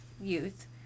youth